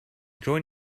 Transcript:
join